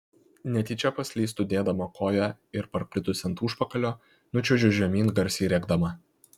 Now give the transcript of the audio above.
netyčia paslystu dėdama koją ir parkritusi ant užpakalio nučiuožiu žemyn garsiai rėkdama